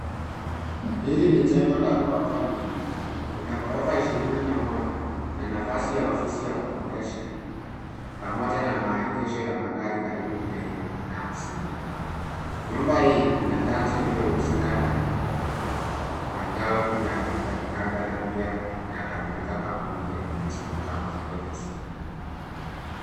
Hili ni jengo la ghorofa mingi, ina ghorofa ishirini na moja na nafasi ya ofisi ya kukodesha pamoja na maegesho ya magari karibu mia nne na hamsini. Nyumba hii ina tanzo iliyohusika na matawi yake yakikanda na pia inakamilika kampuni ya nyenzo kama vile KCB.